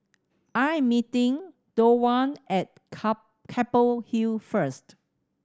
I am meeting Thorwald at Keppel Hill first